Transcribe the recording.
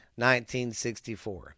1964